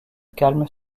calme